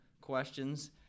questions